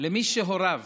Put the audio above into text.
למי שהוריו